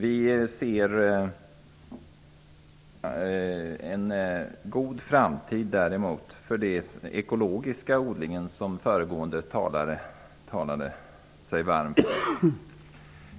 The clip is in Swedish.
Vi ser en god framtid för den ekologiska odlingen, vilken föregående talare talade sig varm för.